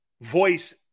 voice